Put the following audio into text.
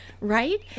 Right